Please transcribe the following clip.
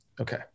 Okay